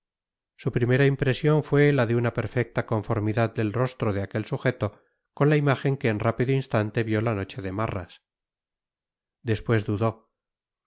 su primera impresión fue la de una perfecta conformidad del rostro de aquel sujeto con la imagen que en rápido instante vio la noche de marras después dudó